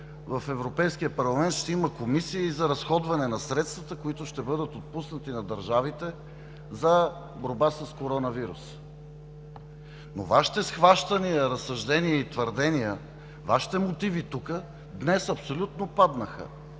в Европейския парламент ще има комисии за разходване на средствата, които ще бъдат отпуснати на държавите за борбата с коронавируса. Вашите схващания, разсъждения и твърдения, Вашите мотиви тук днес абсолютно паднаха.